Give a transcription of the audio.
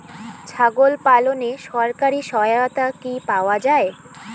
ছাগল পালনে সরকারি সহায়তা কি পাওয়া যায়?